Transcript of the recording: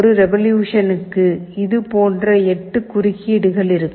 ஒரு ரெவொலுஷனுக்கு இதுபோன்ற 8 குறுக்கீடுகள் இருக்கும்